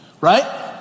Right